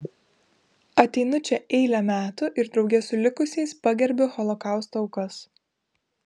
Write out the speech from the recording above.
ateinu čia eilę metų ir drauge su likusiais pagerbiu holokausto aukas